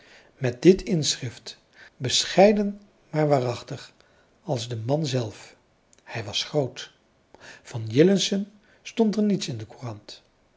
met dit inschrift bescheiden maar waarachtig als de man zelf hij was groot van jillessen stond er niets in de courant